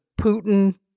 Putin